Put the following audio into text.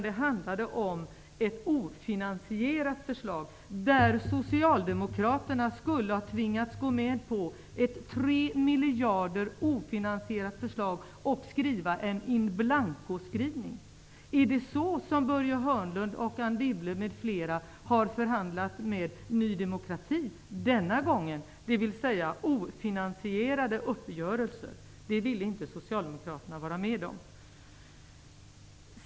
Det handlade om ett ofinansierat förslag där Socialdemokraterna skulle ha tvingats gå med på ett ofinansierat förslag på 3 miljarder kronor och göra en in blancoskrivning. Är det så som Börje Hörnlund, Anne Wibble m.fl. har förhandlat med Ny demokrati denna gång, dvs. ofinansierade uppgörelser? Det vill inte Socialdemokraterna vara med om.